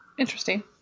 Interesting